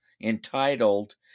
entitled